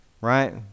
right